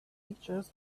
pictures